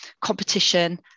competition